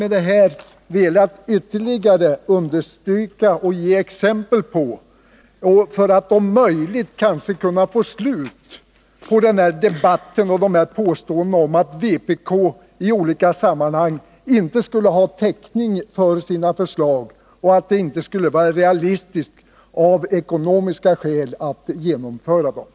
Med det anförda har jag velat ytterligare understryka vårt bostadspolitiska synsätt och ge exempel för att om möjligt kunna få slut på den här debatten och på påståendena om att vpk i olika sammanhang inte skulle ha täckning för sina förslag och att det av ekonomiska skäl inte skulle vara realistiskt att genomföra dessa.